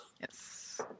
Yes